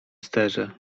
sterze